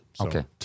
Okay